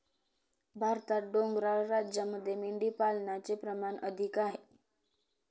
भारतात डोंगराळ राज्यांमध्ये मेंढीपालनाचे प्रमाण अधिक आहे